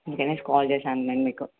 అందుకని కాల్ చేశాను నేను మీకు